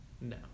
no